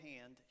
hand